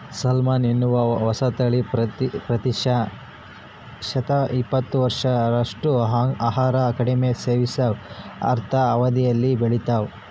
salmon ಎನ್ನುವ ಹೊಸತಳಿ ಪ್ರತಿಶತ ಇಪ್ಪತ್ತೈದರಷ್ಟು ಆಹಾರ ಕಡಿಮೆ ಸೇವಿಸ್ತಾವ ಅರ್ಧ ಅವಧಿಯಲ್ಲೇ ಬೆಳಿತಾವ